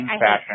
fashion